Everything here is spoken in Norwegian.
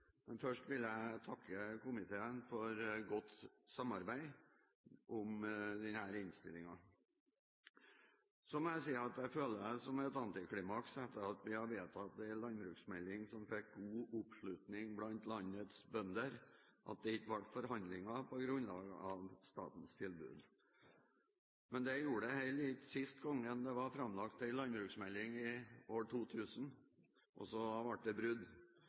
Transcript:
men først vil jeg takke komiteen for godt samarbeid om denne innstillingen. Så må jeg si at jeg føler det som et antiklimaks, etter at vi har vedtatt en landbruksmelding som fikk god oppslutning blant landets bønder, at det ikke ble forhandlinger på grunnlag av statens tilbud. Det gjorde det heller ikke sist gang det ble framlagt en landbruksmelding, i år 2000. Også da ble det brudd.